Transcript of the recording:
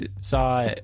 saw